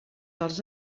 els